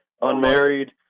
unmarried